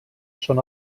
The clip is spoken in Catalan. són